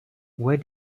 where